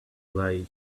lie